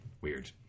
Weird